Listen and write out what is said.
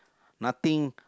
nothing